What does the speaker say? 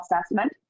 assessment